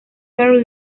are